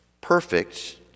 perfect